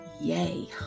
Yay